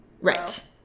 Right